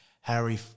Harry